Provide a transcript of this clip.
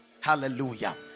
hallelujah